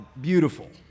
beautiful